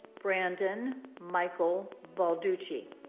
brandon michael balducci